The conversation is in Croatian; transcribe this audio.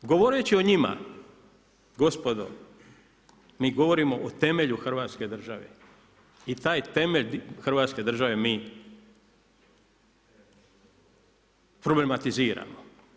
Govoreći o njima gospodo, mi govorimo o temelju Hrvatske države i taj temelj Hrvatske države mi problematiziramo.